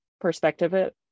perspective